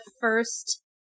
first